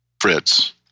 Fritz